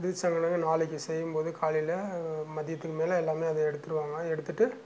இறுதி சடங்குன்ன நாளைக்கு செய்யும் போது காலையில் மதியத்துக்கு மேலே எல்லாமே அதை எடுத்துருவாங்க எடுத்துகிட்டு